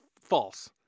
false